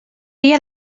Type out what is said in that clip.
dia